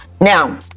now